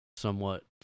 Somewhat